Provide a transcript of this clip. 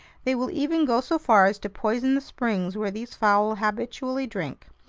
they will even go so far as to poison the springs where these fowl habitually drink.